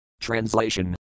Translation